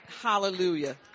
hallelujah